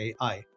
AI